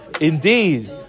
indeed